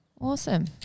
Awesome